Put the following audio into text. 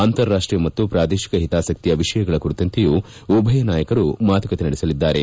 ಅಂತಾರಾಷ್ಟೀಯ ಮತ್ತು ಪ್ರಾದೇಶಿಕ ಹಿತಾಸಕ್ತಿಯ ವಿಷಯಗಳ ಕುರಿತಂತೆಯೂ ಉಭಯ ನಾಯಕರು ಮಾತುಕತೆ ನಡೆಸಲಿದ್ದಾರೆ